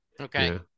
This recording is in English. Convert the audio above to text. Okay